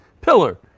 Pillar